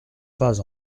pas